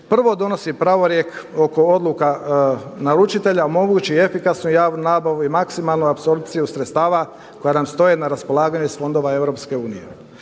prvo donosi pravorijek oko odluka naručitelja omogući efikasnu javnu nabavu i maksimalnu apsorpciju sredstava koja nam stoje na raspolaganju iz fondova